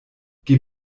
geh